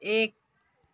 एक